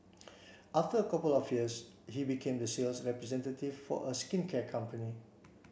after a couple of years he became the sales representative for a skincare company